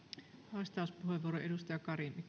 arvoisa arvoisa